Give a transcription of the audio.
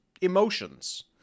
emotions